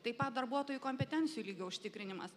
taip pat darbuotojų kompetencijų lygio užtikrinimas